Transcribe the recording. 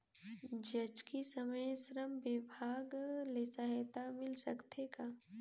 जचकी समय श्रम विभाग ले सहायता मिल सकथे का?